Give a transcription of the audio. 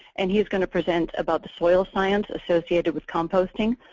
and he's going to present about the soils science associated with composting.